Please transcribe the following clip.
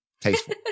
Tasteful